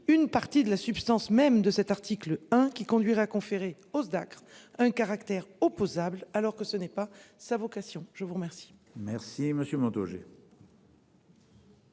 une partie de la substance même de cet article 1 qui conduirait à conférer hausse d'Acre un caractère opposable alors que ce n'est pas sa vocation, je vous remercie.